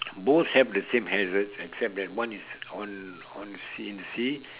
both have the same hazards except that one is on on the sea in the sea